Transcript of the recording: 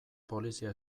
polizia